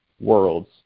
worlds